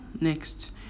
next